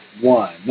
one